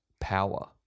power